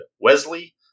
Wesley